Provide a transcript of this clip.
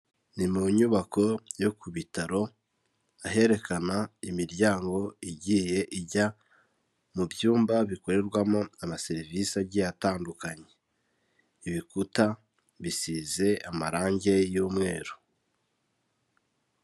Ni mu nyubako yo ku bitaro aherekana imiryango igiye ijya mu byumba bikorerwamo amaserivisi agiye atandukanye, ibikuta bisize amarangi y'umweru.